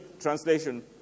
Translation